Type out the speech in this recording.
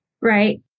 right